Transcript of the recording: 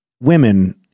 women